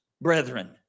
brethren